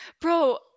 bro